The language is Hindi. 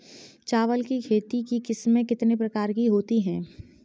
चावल की खेती की किस्में कितने प्रकार की होती हैं?